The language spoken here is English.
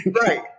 right